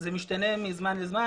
זה משתנה מזמן לזמן,